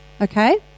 Okay